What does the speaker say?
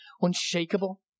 unshakable